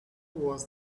was